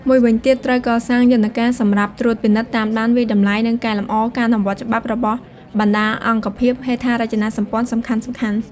មួយវិញទៀត ត្រូវកសាងយន្តការ សម្រាប់ ត្រួតពិនិត្យ តាមដាន វាយតម្លៃ និង កែលម្អ ការអនុវត្តច្បាប់ របស់ បណ្តាអង្គភាពហេដ្ឋារចនាសម្ព័ន្ធសំខាន់ៗ។